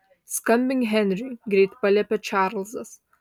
skambink henriui greit paliepė čarlzas